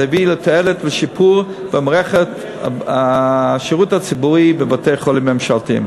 זה יביא תועלת ושיפור במערכת השירות הציבורי בבתי-חולים ממשלתיים.